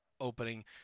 opening